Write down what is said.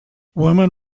women